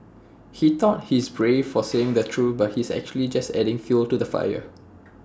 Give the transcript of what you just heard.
he thought he's brave for saying the truth but he's actually just adding fuel to the fire